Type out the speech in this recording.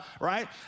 right